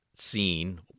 Seen